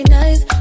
nice